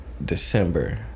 December